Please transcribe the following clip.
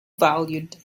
valued